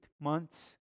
months